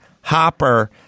hopper